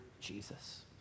Jesus